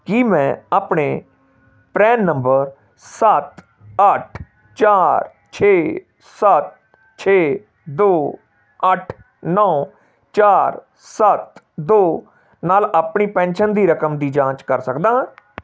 ਕੀ ਮੈਂ ਆਪਣੇ PRAN number ਸਾਤ ਅੱਠ ਚਾਰ ਛੇ ਸਾਤ ਛੇ ਦੋ ਅੱਠ ਨੌਂ ਚਾਰ ਸੱਤ ਦੋ ਨਾਲ ਆਪਣੀ ਪੈਨਸ਼ਨ ਦੀ ਰਕਮ ਦੀ ਜਾਂਚ ਕਰ ਸਕਦਾ ਹਾਂ